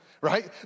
right